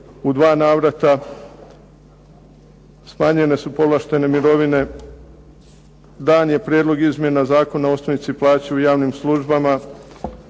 u dva navrata, smanjene su povlaštene mirovine, dan je Prijedlog izmjena Zakona o osnovici plaće u javnim službama,